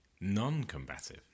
non-combative